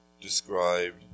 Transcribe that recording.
described